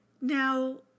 now